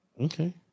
Okay